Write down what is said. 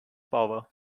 power